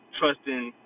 trusting